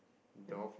dog